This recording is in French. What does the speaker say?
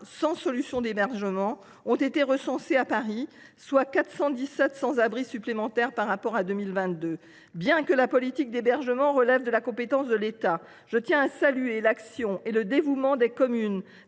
sans solution d’hébergement, dont 105 mineurs, ont été recensées à Paris, soit 417 sans abri supplémentaires par rapport à 2022. Bien que la politique d’hébergement relève de la compétence de l’État, je tiens à saluer l’action et le dévouement des communes,